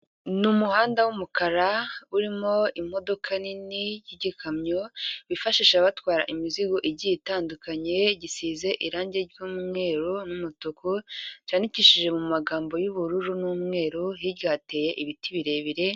Ni umuhanda w'umukara urimo imodoka nini y'igikamyo bifashisha batwara imizigo igiye itandukanye, gisize irangi ry'umweru n'umutuku, cyandikishije mu magambo y'ubururu n'umweru, hirya hateye ibiti birebire.